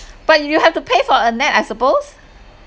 but you have to pay for anette I suppose